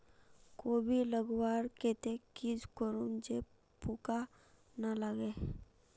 कोबी लगवार केते की करूम जे पूका ना लागे?